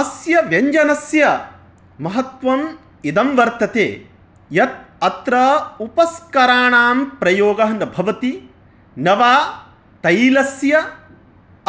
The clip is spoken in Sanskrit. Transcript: अस्य व्यञ्जनस्य महत्त्वम् इदं वर्तते यत् अत्र उपस्कराणां प्रयोगः न भवति न वा तैलस्य